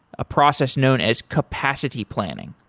a process known as capacity planning.